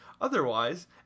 Otherwise